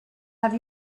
have